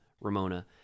Ramona